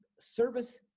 service